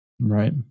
Right